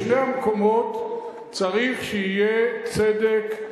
בשני המקומות צריך שיהיה צדק,